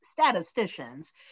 statisticians